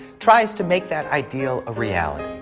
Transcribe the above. tries to make that ideal a reality.